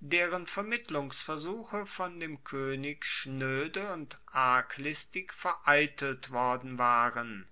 deren vermittlungsversuche von dem koenig schnoede und arglistig vereitelt worden waren